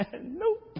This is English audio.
nope